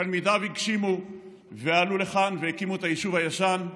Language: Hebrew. תלמידיו הגשימו ועלו לכאן והקימו את היישוב הישן.